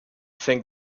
think